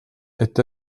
est